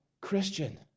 Christian